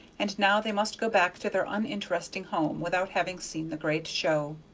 and now they must go back to their uninteresting home without having seen the great show.